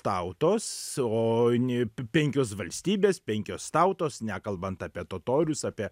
tautos o n penkios valstybės penkios tautos nekalbant apie totorius apie